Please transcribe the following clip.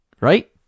right